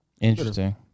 Interesting